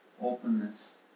openness